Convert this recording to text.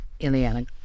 Ileana